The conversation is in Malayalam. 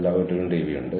എന്തോ നിലവിലുണ്ട്